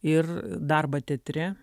ir darbą teatre